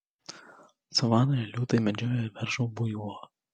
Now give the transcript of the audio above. savanoje liūtai medžiojo veržlų buivolą